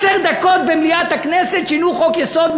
עשר דקות במליאת הכנסת שינו חוק-יסוד,